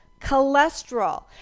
cholesterol